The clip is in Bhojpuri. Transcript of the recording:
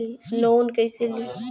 लोन कईसे ली?